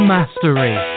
Mastery